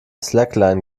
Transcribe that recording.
slackline